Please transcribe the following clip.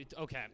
Okay